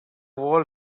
world